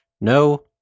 No